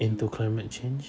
into climate change